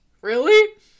Really